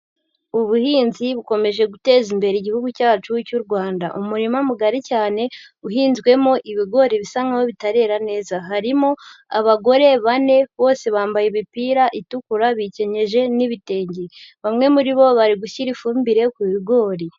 Ubuhinzi bukomeje guteza imbere igihugu cyacu cy’u Rwanda. Umurima mugari cyane uhinzwemo ibigori bisa nk’aho bitarera neza. Harimo abagore bane, bose bambaye imipira itukura, bikenyeje n’ibitenge, bamwe muri bo bari gushyira ifumbire ku bigori.